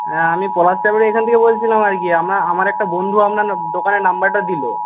হ্যাঁ আমি পলাশচাপড়ির এখান থেকে বলছিলাম আর কি আমার একটা বন্ধু আপনার দোকানের নম্বরটা দিলো